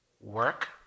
work